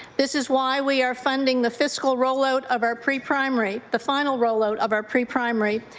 this is why we are funding the fiscal roll-out of our pre-prime rate, the final roll-out of our pre-prime rate,